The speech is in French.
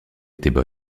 étaient